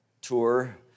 tour